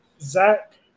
Zach